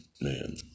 man